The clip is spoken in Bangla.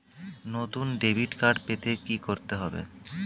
নতুন ডেবিট কার্ড পেতে কী করতে হবে?